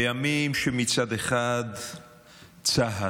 בימים שמצד אחד צה"ל